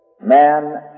Man